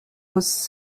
was